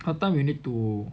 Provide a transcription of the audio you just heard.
what time you need to